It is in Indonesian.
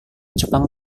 jepang